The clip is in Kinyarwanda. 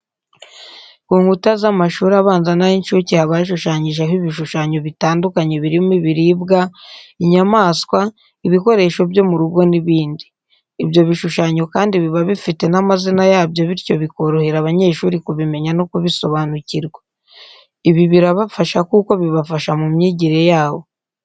Ku nkuta z'amashuri abanza n'ay'incuke haba hashushanyijeho ibishushanyo bitandukanye birimo ibiribwa, inyamaswa, ibikoresho byo mu rugo n'ibindi. Ibyo bishushanyo kandi biba bifite n'amazina yabyo bityo bokorehera abanyeshuri kubimenya no kubisobanukirwa. Ibi birabafasha kuko bibafasha mu myigire yabo.